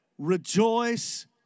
Rejoice